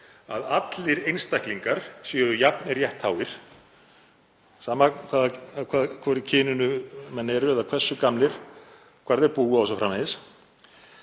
að allir einstaklingar séu jafn réttháir, sama af hvoru kyninu menn eru eða hversu gamlir, hvar þeir búa o.s.frv.?